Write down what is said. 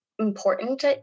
Important